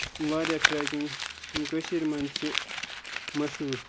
واریاہ ٹریکِنگ یِم کٔشیٖرِ منٛز چھِ مَشہوٗر